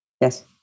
Yes